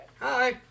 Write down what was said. Hi